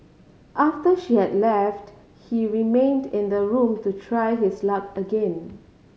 after she had left he remained in the room to try his luck again